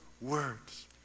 words